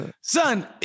son